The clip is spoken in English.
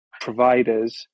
providers